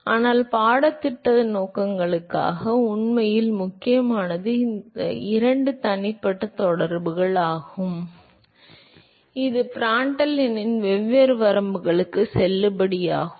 ஆனால் பாடத்திட்ட நோக்கங்களுக்காக உண்மையில் முக்கியமானது இந்த இரண்டு தனிப்பட்ட தொடர்புகள் ஆகும் இது பிராண்டல் எண்ணின் வெவ்வேறு வரம்புகளுக்கு செல்லுபடியாகும்